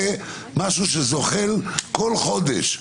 זה משהו שזוחל בכל חודש.